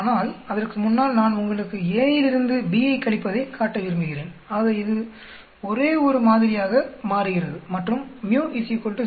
ஆனால் அதற்கு முன்னால் நான் உங்களுக்கு a யிலிருந்து bயை கழிப்பதை காட்ட விரும்புகிறேன் ஆக இது ஒரே ஒரு மாதிரியாக மாறுகிறது மற்றும் µ 0